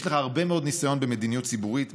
יש לך הרבה מאוד ניסיון במדיניות ציבורית,